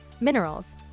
minerals